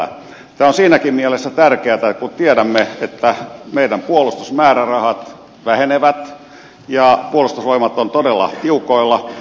tämä on siinäkin mielessä tärkeätä kun tiedämme että meidän puolustusmäärärahat vähenevät ja puolustusvoimat on todella tiukoilla